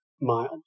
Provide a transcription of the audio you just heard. mild